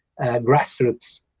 grassroots